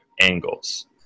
angles